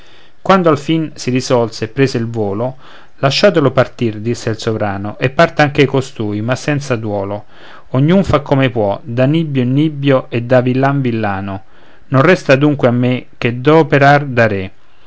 quando alfin si risolse e prese il volo lasciatelo partir disse il sovrano e parta anche costui ma senza duolo ognun fa come può da nibbio in nibbio e da villan villano non resta dunque a me che d'operar da re